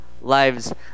lives